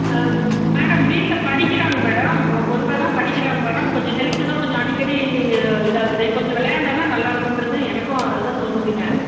madam வீட்டில் படிக்கிறாங்க madam பொறுப்பாகதான் படிக்கிறாங்க மேடம் கொஞ்சம் ஹெல்த்து தான் கொஞ்சம் அடிக்கடி இதாகுது கொஞ்சம் விளையாண்டானா நல்லாயிருக்குன்றது எனக்கும் அதுதான் தோணுதுங்க